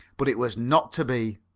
but it was not to be.